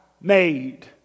made